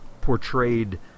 portrayed